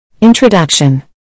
Introduction